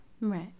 Right